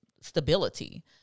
stability